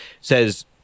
says